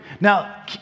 Now